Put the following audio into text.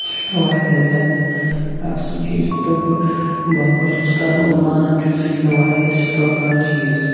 سُہ چھُ مےٚ واریاہ زیادٕ اکھ سُہ چیٖز یِتھ پٲٹھۍ بہٕ بروسہٕ چھُس کران اور مانان چھُس سُہ چھُ مےٚ واریاہ سٹرانگ اکھ چیٖز